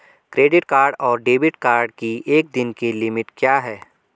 Credit card और debit card की एक दिन की लिमिट क्या है?